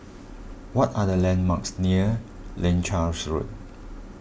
what are the landmarks near Leuchars Road